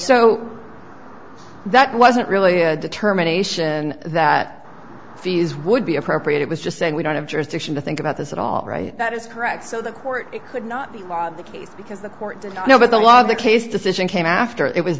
so that wasn't really a determination that fees would be appropriate it was just saying we don't have jurisdiction to think about this at all right that is correct so the court could not be the case because the court did not know what the law of the case decision came after it was